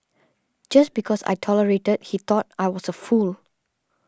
just because I tolerated he thought I was a fool